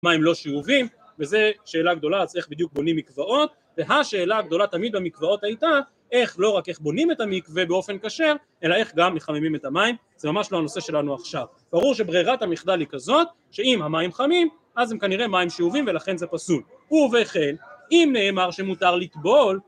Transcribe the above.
מים לא שאובים וזו שאלה גדולה אז איך בדיוק בונים מקוואות והשאלה הגדולה תמיד במקוואות הייתה איך לא רק איך בונים את המקווה באופן כשר אלא איך גם מחממים את המים זה ממש לא הנושא שלנו עכשיו ברור שברירת המחדל היא כזאת שאם המים חמים אז הם כנראה מים שאובים ולכן זה פסול ובכן אם נאמר שמותר לטבול